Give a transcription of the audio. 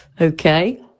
okay